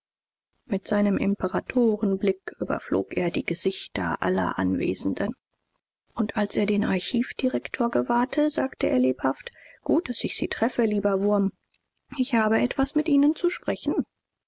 mit seinem imperatorenblick überflog er die gesichter aller anwesenden und als er den archivdirektor gewahrte sagte er lebhaft gut daß ich sie treffe lieber wurm ich habe etwas mit ihnen zu sprechen